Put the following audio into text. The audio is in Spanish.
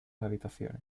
habitaciones